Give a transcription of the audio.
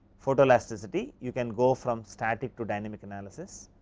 photo elasticity you can go from static to dynamic analysis,